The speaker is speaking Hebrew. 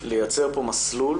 לייצר פה מסלול